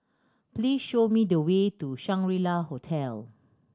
please show me the way to Shangri La Hotel